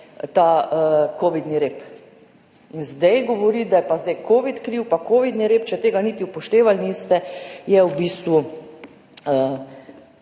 kovidni rep. Zdaj govoriti, da je pa zdaj covid kriv pa covidni rep, če tega niti upoštevali niste, so to v bistvu,